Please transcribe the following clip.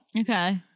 Okay